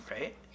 right